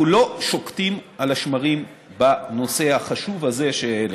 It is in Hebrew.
אנחנו לא שוקטים על השמרים בנושא החשוב הזה שהעלית.